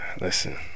Listen